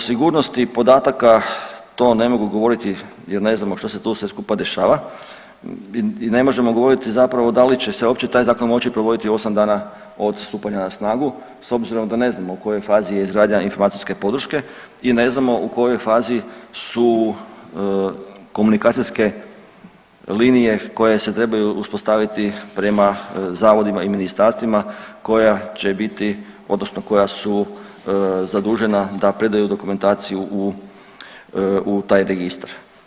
O sigurnosti podataka to ne mogu govoriti jer ne znamo što se tu sve skupa dešava i ne možemo govoriti zapravo da li će se uopće provoditi 8 dana od stupanja na snagu s obzirom da ne znamo u kojoj je izgradnja informacijske podrške i ne znamo u kojoj fazi su komunikacijske linije koje se trebaju uspostaviti prema zavodima i ministarstvima koja će biti odnosno koja su zadužena da predaju dokumentaciju u, u taj registar.